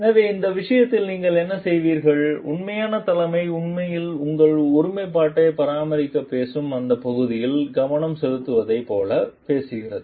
எனவே இந்த விஷயத்தில் நீங்கள் என்ன செய்கிறீர்கள் உண்மையான தலைமை உண்மையில் உங்கள் ஒருமைப்பாட்டைப் பராமரிக்கப் பேசும் அந்த பகுதியில் கவனம் செலுத்துவதைப் போல பேசுகிறது